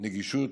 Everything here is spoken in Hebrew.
נגישות,